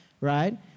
right